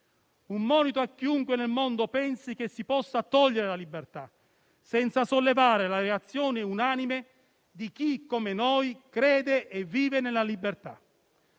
un monito a chiunque nel mondo pensi che si possa togliere la libertà senza sollevare la reazione unanime di chi, come noi, crede e vive nella libertà.